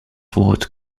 what